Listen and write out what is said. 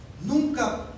nunca